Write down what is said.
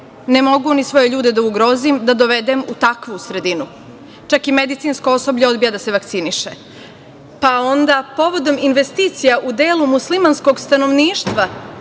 Ne mogu ni svoje ljude da ugrozim, da dovedem u takvu sredinu, čak i medicinsko osoblje odbija da se vakciniše. Onda, povodom investicija u delu muslimanskog stanovništva,